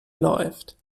läuft